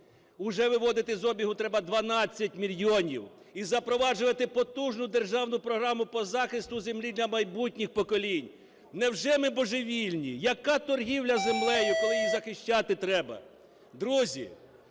Уже виводити з обігу треба 12 мільйонів. І запроваджувати потужну державну програму по захисту землі для майбутніх поколінь. Невже ми божевільні? Яка торгівля землею, коли її захищати треба. Друзі,